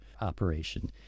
operation